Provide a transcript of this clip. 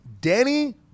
danny